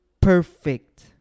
perfect